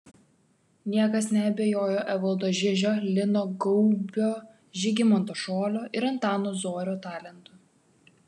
niekas neabejojo evaldo žižio lino gaubio žygimanto šolio ir antano zorio talentu